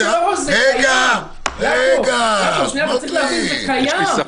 צריך להבין, זה קיים.